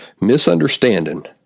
misunderstanding